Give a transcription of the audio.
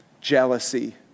jealousy